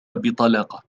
بطلاقة